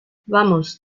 vamos